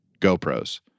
GoPros